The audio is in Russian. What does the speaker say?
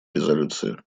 резолюции